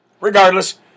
regardless